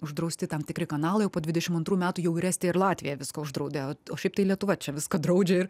uždrausti tam tikri kanalai o po dvidešim antrų metų jau ir estija ir latvija viską uždraudė o šiaip tai lietuva čia viską draudžia ir